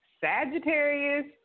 Sagittarius